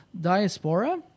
diaspora